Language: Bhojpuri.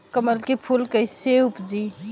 कमल के फूल कईसे उपजी?